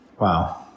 Wow